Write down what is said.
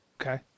Okay